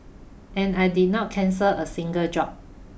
and I did not cancel a single job